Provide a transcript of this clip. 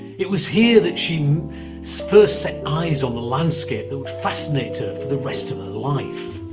it was here that she um so first set eyes on the landscape that would fascinate her for the rest of her life.